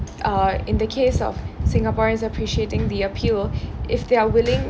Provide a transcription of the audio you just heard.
uh in the case of singaporeans appreciating the appeal if they are willing